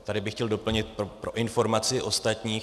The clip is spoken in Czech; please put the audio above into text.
Tady bych chtěl doplnit pro informaci ostatních.